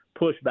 pushback